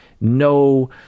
No